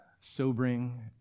sobering